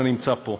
הנמצא פה.